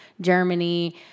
Germany